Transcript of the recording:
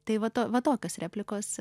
tai vat to va tokios replikos